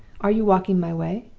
are you walking my way?